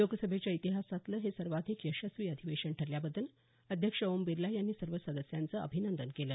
लोकसभेच्या इतिहासातलं हे सर्वाधिक यशस्वी अधिवेशन ठरल्याबद्दल अध्यक्ष ओम बिर्ला यांनी सर्व सदस्यांचं अभिनंदन केलं